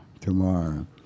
tomorrow